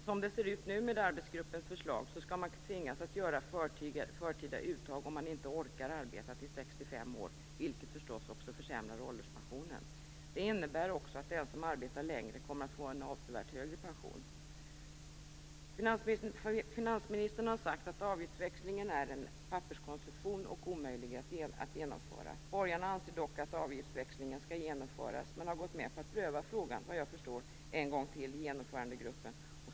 Som det ser ut nu med arbetsgruppens förslag skall man tvingas göra förtida uttag om man inte orkar arbeta till 65 års ålder, vilket förstås också försämrar ålderspensionen. Det innebär också att den som arbetar längre kommer att få en avsevärt högre pension. Finansministern har sagt att avgiftsväxlingen är en papperskonstruktion som är omöjlig att genomföra. Borgarna anser dock att avgiftsväxlingen skall genomföras men har såvitt jag förstår gått med på att pröva frågan en gång till i genomförandegruppen.